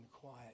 quiet